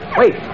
wait